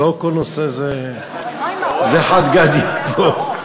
לא כל נושא זה "חד גדיא", פה.